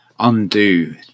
undo